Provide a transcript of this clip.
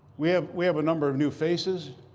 we have we have a number of new faces,